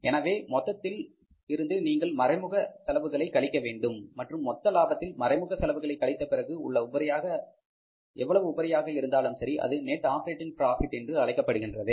எனவே மொத்த லாபத்தில் இருந்து நீங்கள் மறைமுக செலவுகளையும் கழிக்க வேண்டும் மற்றும் மொத்த லாபத்தில் மறைமுக செலவுகளை கழித்த பிறகு எவ்வளவு உபரியாக இருந்தாலும் சரி அது நெட் ஆப்பரேட்டிங் ப்ராபிட் என்று அழைக்கப்படுகின்றது